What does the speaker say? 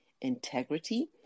integrity